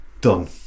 Done